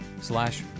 slash